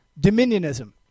dominionism